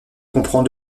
comprend